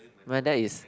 whether it's